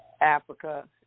africa